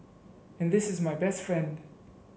and this is my best friend